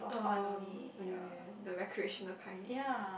oh oh yeah yeah yeah the recreational kind